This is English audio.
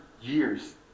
years